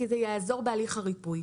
כי זה יעזור בהליך הריפוי.